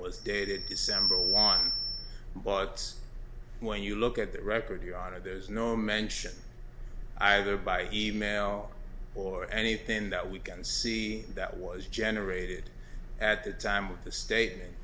was dated december one but when you look at the record your honor there's no mention either by email or anything that we can see that was generated at the time of the state